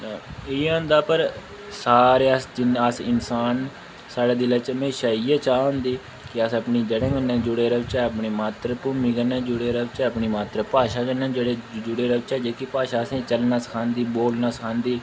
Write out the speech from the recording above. इ'यै होंदा पर सारे अस जिन्ना अस इंसान साढ़े दिला च हमेशा इ'यै चाह् होंदी कि अस अपनी जड़ें कन्नै जुड़े रौह्चै अपनी मात्तर भूमि कन्नै जुड़े रोह्चै अपनी मात्तर भाशा कन्नै जुड़े दे जुड़े रौह्चै जेह्की भाशा असेंगी चलना सखांदी बोलना सखांदी